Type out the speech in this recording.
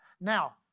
Now